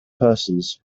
persons